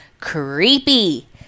creepy